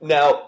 Now